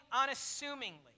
unassumingly